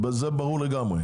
זה ברור לגמרי.